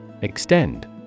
Extend